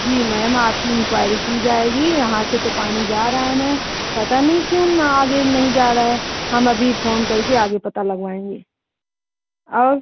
जी ma'am आपकी enquiry की जाएगी यहाँ से तो पानी जा रहा है मैं पता नहीं क्यों नहीं आगे नहीं जा रहा है हम अभी फ़ोन करके आगे पता लगवाएँगे और